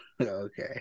Okay